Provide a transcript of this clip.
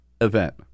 event